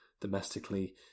domestically